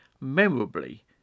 memorably